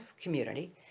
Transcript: community